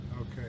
Okay